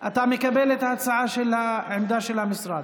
אתה מקבל את ההצעה, את העמדה של המשרד?